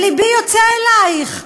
לבי יוצא אלייך,